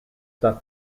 that